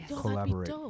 collaborate